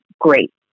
great